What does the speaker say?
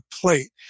plate